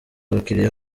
abakiriya